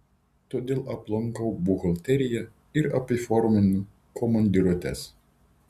todėl aplankau buhalteriją ir apiforminu komandiruotes